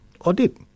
audit